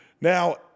Now